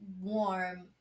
warm